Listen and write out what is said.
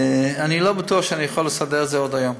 אני לא בטוח שאני יכול לסדר את זה עוד היום